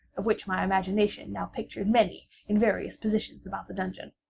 of which my imagination now pictured many in various positions about the dungeon.